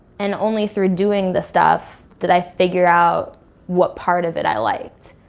and only through doing the stuff did i figure out what part of it i liked.